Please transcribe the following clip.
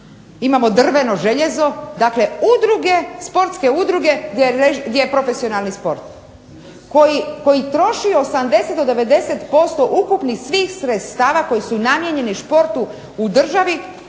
imamo drveno željezo, dakle udruge, sportske udruge gdje je profesionalni sport koji troši 80 do 90% ukupnih svih sredstava koji su namijenjeni športu u državi,